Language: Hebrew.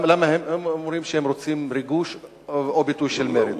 הם אומרים שהם רוצים ריגוש או ביטוי של מרד,